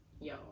yo